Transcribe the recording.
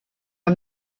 are